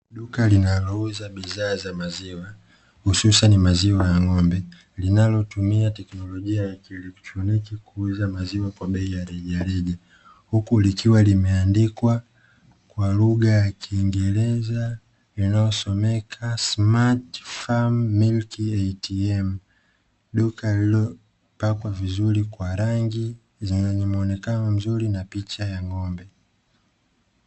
Duka linalouza bidhaa za maziwa hususan maziwa ya ng'ombe, linalotumia teknolojia ya kielecktroniki, kuuza maziwa kwa bei ya rejareja, huku likiwa limeandikwa kwa lugha ya kiingereza yanayosomeka "Smart farm milk atm",duka lililopakwa vizuri kwa rangi yenye muonekano mzuri na picha ya ng'ombe.